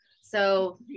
So-